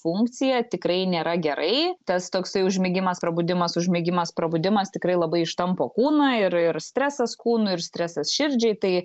funkcija tikrai nėra gerai tas toksai užmigimas prabudimas užmigimas prabudimas tikrai labai ištampo kūną ir ir stresas kūnui ir stresas širdžiai tai